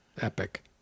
epic